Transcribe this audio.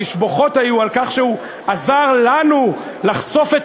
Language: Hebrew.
התשבחות היו על כך שהוא עזר לנו לחשוף את